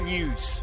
News